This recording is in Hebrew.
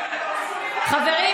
חברת הכנסת אורנה ברביבאי.